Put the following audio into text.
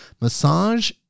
massage